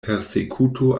persekuto